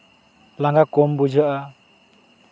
ᱞᱟᱝᱜᱟ ᱠᱚᱢ ᱵᱩᱡᱷᱟᱹᱜᱼᱟ